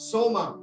Soma